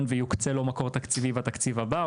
ויוקצה לו מקור תקציבי בתקציב הבא,